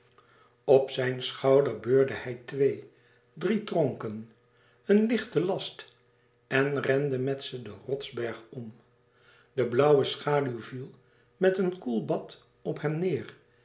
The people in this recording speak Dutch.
op zijn schouder beurde hij twee drie tronken een lichten last en rende met ze den rotsberg om de blauwe schaduw viel met een koel bad op hem neêr